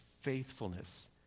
Faithfulness